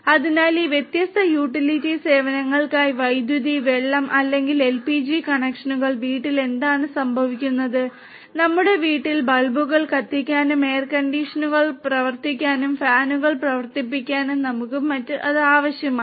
അതിനാൽ ഈ വ്യത്യസ്ത യൂട്ടിലിറ്റി സേവനങ്ങൾക്കായി വൈദ്യുതി വെള്ളം അല്ലെങ്കിൽ എൽപിജി കണക്ഷനുകൾ വീട്ടിൽ എന്താണ് സംഭവിക്കുന്നത് നമ്മുടെ വീട്ടിൽ ബൾബുകൾ കത്തിക്കാനും എയർകണ്ടീഷണറുകൾ പ്രവർത്തിപ്പിക്കാനും ഫാനുകൾ പ്രവർത്തിപ്പിക്കാനും മറ്റും നമുക്ക് ആവശ്യമാണ്